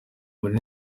muri